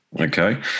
okay